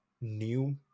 new